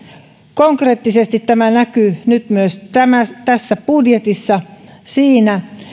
konkreettisesti tämä näkyy nyt myös tässä budjetissa siinä